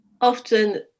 often